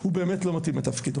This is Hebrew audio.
הוא באמת לא מתאים לתפקידו,